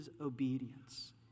obedience